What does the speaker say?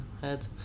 head